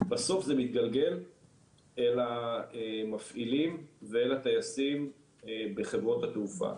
בסוף זה מתגלגל אל המפעילים ואל הטייסים בחברות התעופה.